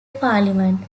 parliament